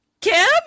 Kim